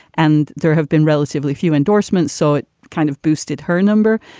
and there have been relatively few endorsements. so it kind of boosted her number.